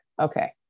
okay